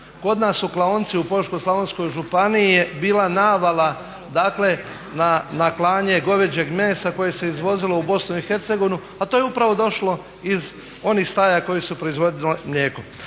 Kod nas u klaonici u Požeško-slavonskoj županiji je bila navala dakle na klanje goveđeg mesa koje se izvozilo u Bosnu i Hercegovinu a to je upravo došlo iz onih staja koje su proizvodile mlijeko.